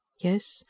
yes,